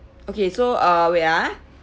okay so uh wait ah